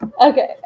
Okay